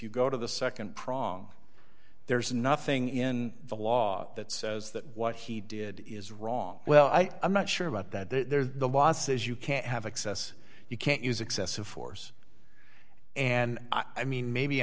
you go to the nd prong there's nothing in the law that says that what he did is wrong well i'm not sure about that there's the law says you can't have access you can't use excessive force and i mean maybe